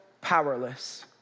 powerless